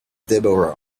deborah